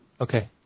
Okay